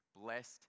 blessed